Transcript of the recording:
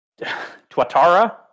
Tuatara